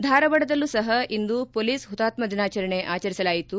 ಧಾರವಾಡದಲ್ಲೂ ಸಹ ಇಂದು ಮೊಲೀಸ್ ಹುತಾತ್ನ ದಿನಾಚರಣೆ ಆಚರಿಸಲಾಯಿತು